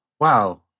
Wow